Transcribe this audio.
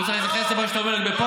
הוא צריך להתייחס למה שאתה אומר בפוסט?